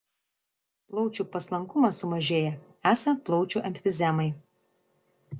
plaučių paslankumas sumažėja esant plaučių emfizemai